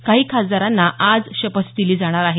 काही खासदारांना आज शपथ दिली जाणार आहे